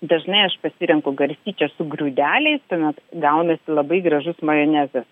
dažnai aš pasirenku garstyčias su grūdeliais tuomet gaunasi labai gražus majonezas